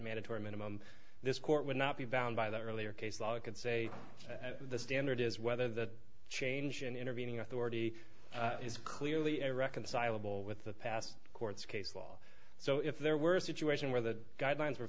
mandatory minimum this court would not be bound by the earlier case law it could say as the standard is whether the change in intervening authority is clearly irreconcilable with the past court's case law so if there were a situation where the guidelines were